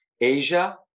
Asia